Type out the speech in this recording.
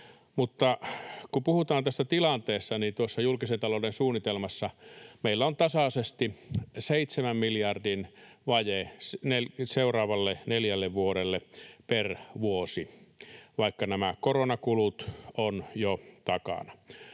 Mutta kun puhutaan tässä tilanteessa, niin tuossa julkisen talouden suunnitelmassa meillä on tasaisesti seitsemän miljardin vaje seuraaville neljälle vuodelle per vuosi, vaikka ne koronakulut ovat jo takana.